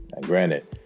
granted